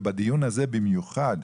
ובדיון הזה במיוחד,